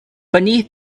beneath